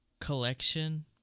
collection